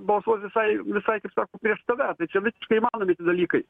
balsuos visai visai kaip sako prieš tave tai čia visiškai įmanomi tie dalykai